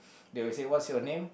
they will say what's your name